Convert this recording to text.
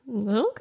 Okay